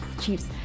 chiefs